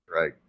right